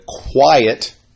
quiet